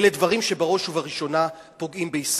אלה דברים שבראש ובראשונה פוגעים בישראל.